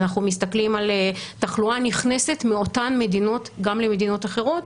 אנחנו מסתכלים על תחלואה נכנסת מאותן מדינות גם למדינות אחרות.